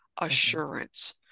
assurance